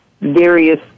various